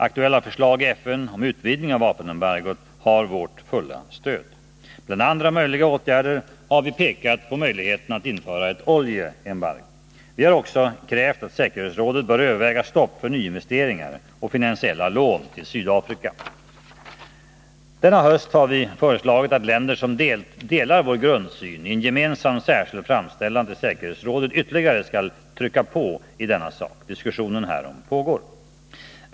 Aktuella förslag i FN om utvidgning av vapenembargot har vårt fulla stöd. Bland andra möjliga åtgärder har vi pekat på möjligheten att införa ett oljeembargo. Vi har också krävt att säkerhetsrådet bör överväga stopp för nyinvesteringar och finansiella lån till Sydafrika. Denna höst har vi föreslagit att länder som delar vår grundsyn i en gemensam särskild framställning till säkerhetsrådet ytterligare skall trycka på i denna sak. Diskussionen härom pågår.